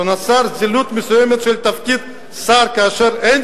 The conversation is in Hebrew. שנוצרת זילות מסוימת של תפקיד השר כאשר אין